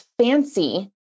fancy